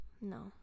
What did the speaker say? No